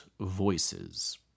voices